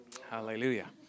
Hallelujah